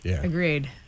Agreed